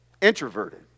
introverted